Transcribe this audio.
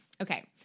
Okay